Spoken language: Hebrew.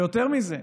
ויותר מזה,